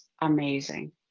amazing